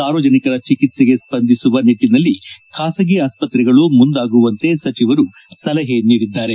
ಸಾರ್ವಜನಿಕರ ಚಿಕಿತ್ಸೆಗೆ ಸ್ಪಂದಿಸುವ ನಿಟ್ಟನಲ್ಲಿ ಖಾಸಗಿ ಆಸ್ಪತ್ತೆಗಳು ಮುಂದಾಗುವಂತೆ ಸಚಿವರು ಸಲಹೆ ನೀಡಿದ್ದಾರೆ